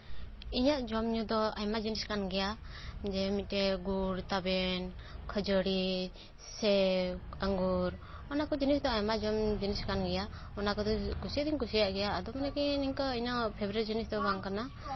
ᱤᱧᱟᱹᱜ ᱡᱚᱢ ᱧᱩ ᱫᱚ ᱟᱭᱢᱟ ᱡᱤᱱᱤᱥ ᱠᱟᱱ ᱜᱮᱭᱟ ᱡᱮ ᱢᱤᱫᱴᱮᱡ ᱜᱩᱲ ᱛᱟᱵᱮᱱ ᱠᱷᱟᱹᱡᱟᱹᱲᱤ ᱥᱮᱣ ᱟᱝᱜᱩᱨ ᱚᱱᱟ ᱠᱚ ᱡᱤᱱᱤᱥ ᱫᱚ ᱟᱭᱢᱟ ᱡᱚᱢ ᱡᱤᱱᱤᱥ ᱠᱟᱱ ᱜᱮᱭᱟ ᱚᱱᱟ ᱠᱚᱫᱚ ᱠᱩᱥᱤ ᱫᱚᱹᱧ ᱠᱩᱥᱤᱭᱟᱜ ᱜᱮᱭᱟ ᱟᱫᱚ ᱢᱟᱱᱮ ᱠᱤ ᱤᱧᱟᱹᱜ ᱯᱷᱮᱵᱽᱨᱤᱴ ᱡᱤᱱᱤᱥ ᱫᱚ ᱵᱟᱝ ᱠᱟᱱᱟ